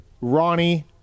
Ronnie